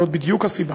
זאת בדיוק הסיבה.